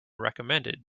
recommended